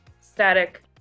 static